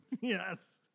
Yes